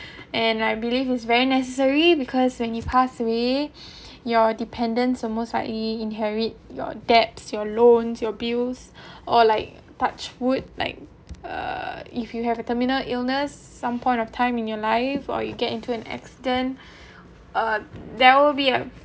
and I believe is very necessary because when you pass away your dependence almost likely inherit your debt your loans your bills or like touch wood like uh if you have a terminal illness some point of time in your life or you get into an accident uh there will be a